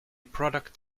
product